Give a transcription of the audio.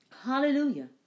Hallelujah